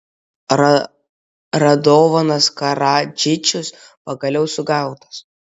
radovanas karadžičius pagaliau sugautas